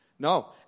No